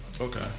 Okay